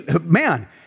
man